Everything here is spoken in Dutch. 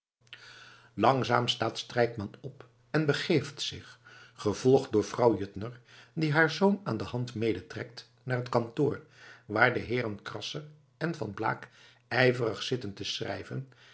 langzaam staat strijkman op en begeeft zich gevolgd door vrouw juttner die haar zoon aan de hand medetrekt naar het kantoor waar de heeren krasser en van blaak ijverig zitten te schrijven